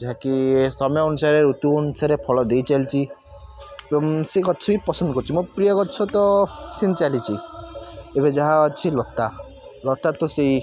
ଯାହାକି ସମୟ ଅନୁସାରେ ଋତୁ ଅନୁସାରେ ଫଳ ଦେଇଚାଲିଛି ଏବଂ ସେ ଗଛ ବି ପସନ୍ଦ କରୁଛି ମୋ ପ୍ରିୟ ଗଛ ତ କିଣି ଚାଲିଛି ଏବେ ଯାହା ଅଛି ଲତା ଲତା ତ ସେଇ